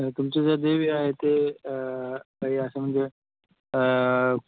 तुमचं जर देवी आहे ते काही असं म्हणजे